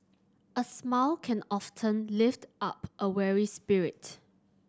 a smile can often lift up a weary spirit